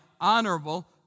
honorable